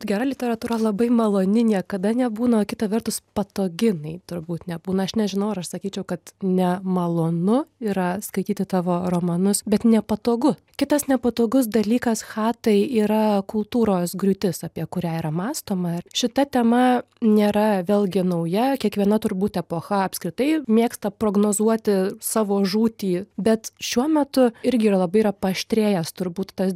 gera literatūra labai maloni niekada nebūna kita vertus patogi jinai turbūt nebūna aš nežinau ar aš sakyčiau kad nemalonu yra skaityti tavo romanus bet nepatogu kitas nepatogus dalykas cha tai yra kultūros griūtis apie kurią yra mąstoma ir šita tema nėra vėlgi nauja kiekviena turbūt epocha apskritai mėgsta prognozuoti savo žūtį bet šiuo metu irgi yra labai paaštrėjęs turbūt tas